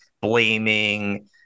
blaming